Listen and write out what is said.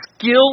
skill